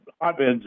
hotbeds